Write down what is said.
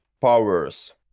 powers